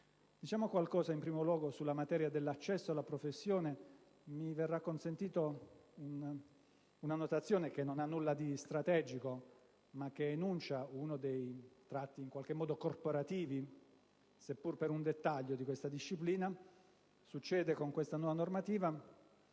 Diciamo qualcosa in primo luogo sulla materia dell'accesso alla professione. Mi verrà consentita una notazione che non ha nulla di strategico, ma che enuncia uno dei tratti in qualche modo corporativi, seppure per un dettaglio, di questa disciplina: con questa nuova normativa,